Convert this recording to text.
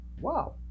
Wow